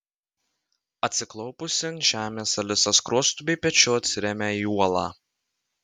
atsiklaupusi ant žemės alisa skruostu bei pečiu atsiremia į uolą